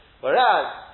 Whereas